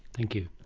thank you.